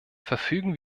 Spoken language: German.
verfügen